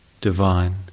divine